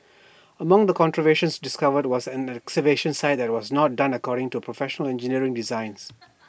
among the contraventions discovered was an excavation site that was not done according to Professional Engineer's design